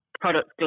products